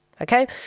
okay